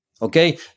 Okay